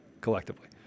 collectively